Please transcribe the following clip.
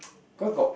cause got